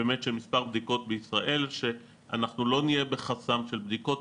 באמת של מספר בדיקות בישראל שאנחנו לא נהיה בחסם של בדיקות.